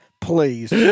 Please